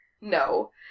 No